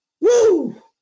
Woo